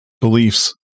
beliefs